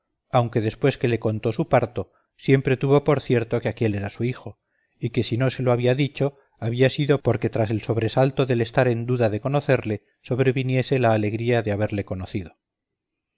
aunque después que le contó su parto siempre tuvo por cierto que aquél era su hijo y que si no se lo había dicho había sido porque tras el sobresalto del estar en duda de conocerle sobreviniese la alegría de haberle conocido